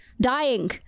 Dying